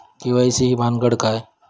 KYC ही भानगड काय?